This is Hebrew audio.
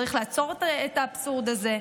צריך לעצור את האבסורד הזה.